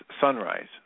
sunrise